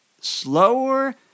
slower